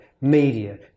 media